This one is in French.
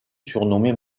surnommée